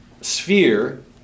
sphere